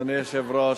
אדוני היושב-ראש,